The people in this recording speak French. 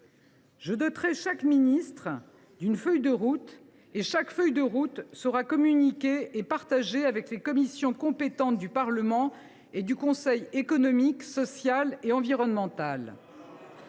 Je doterai chaque ministre d’une feuille de route, et chaque feuille de route sera communiquée et partagée avec les commissions compétentes du Parlement et du Conseil économique, social et environnemental.